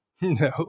No